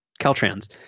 Caltrans